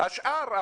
והשאר,